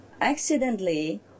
accidentally